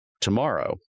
tomorrow